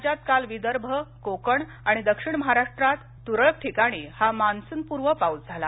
राज्यात काल विदर्भ कोकण आणि दक्षिण महाराष्ट्रात तुरळक ठिकाणी हा मान्सून पूर्व पाऊस झाला